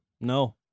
no